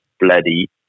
bloody